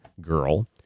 girl